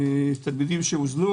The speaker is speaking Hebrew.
תלמידים שהוזנו